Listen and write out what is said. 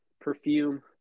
perfume